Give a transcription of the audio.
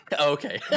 Okay